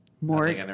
more